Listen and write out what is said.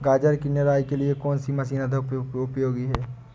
गाजर की निराई के लिए कौन सी मशीन अधिक उपयोगी है?